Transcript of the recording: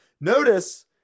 Notice